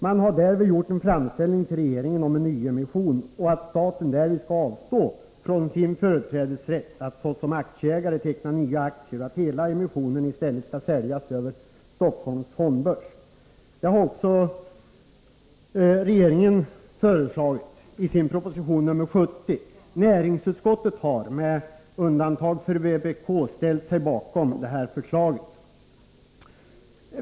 Man har därvid gjort en framställning till regeringen om en nyemission, varvid staten skulle avstå från sin företrädesrätt att så som aktieägare teckna nya aktier och hela emissionen i stället säljas över Stockholms fondbörs. Det har också regeringen föreslagit i sin proposition nr 70, och näringsutskottet har med undantag av vpk-ledamoten ställt sig bakom det förslaget.